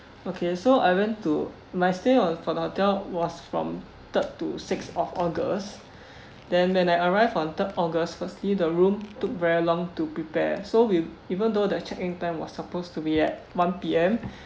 okay so I went to my stay on for hotel was from third to sixth of august then when I arrive on third august firstly the room took very long to prepare so we even though the check in time was supposed to be at one P_M